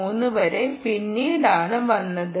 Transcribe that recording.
3 വളരെ പിന്നീടാണ് വന്നത്